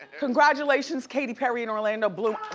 congratulations, katy perry and orlando bloom.